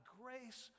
grace